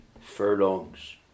furlongs